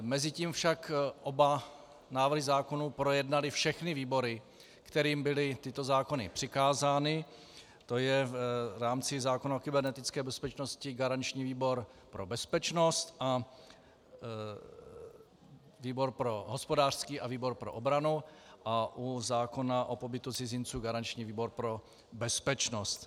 Mezitím však oba návrhy zákonů projednaly všechny výbory, kterým byly tyto zákony přikázány, tj. v rámci zákona o kybernetické bezpečnosti garanční výbor pro bezpečnost a výbor hospodářský a výbor pro obranu a u zákona o pobytu cizinců garanční výbor pro bezpečnost.